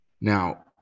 Now